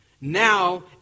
now